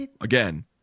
again